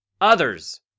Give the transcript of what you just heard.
others